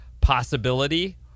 possibility